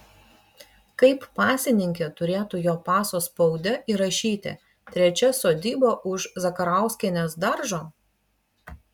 kaip pasininkė turėtų jo paso spaude įrašyti trečia sodyba už zakarauskienės daržo